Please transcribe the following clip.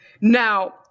now